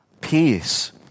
peace